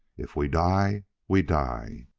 if we die we die.